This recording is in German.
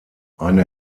eine